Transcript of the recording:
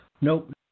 Nope